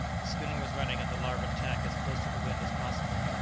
the schooner was running on the larboard tack as close to the wind as possible.